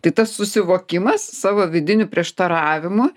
tai tas susivokimas savo vidinių prieštaravimų